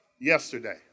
Yesterday